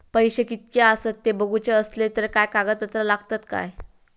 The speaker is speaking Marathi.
पैशे कीतके आसत ते बघुचे असले तर काय कागद पत्रा लागतात काय?